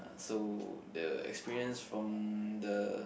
so the experience from the